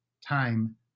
time